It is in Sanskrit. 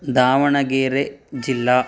दावणगेरेजिल्ला